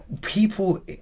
people